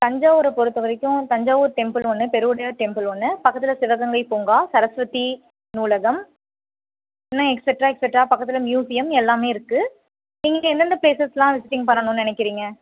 தஞ்சாவூரை பொறுத்த வரைக்கும் தஞ்சாவூர் டெம்பிள் ஒன்று பெருவுடையார் டெம்பிள் ஒன்று பக்கத்தில் சிவகங்கை பூங்கா சரஸ்வதி நூலகம் இன்னும் எக்ஸட்ரா எக்ஸட்ரா பக்கத்தில் மியூசியம் எல்லாமே இருக்குது நீங்கள் எந்தெந்த ப்லேசஸ்லாம் விசிட்டிங் பண்ணணும்னு நினைக்கிறிங்க